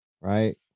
Right